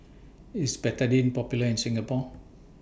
IS Betadine Popular in Singapore